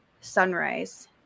sunrise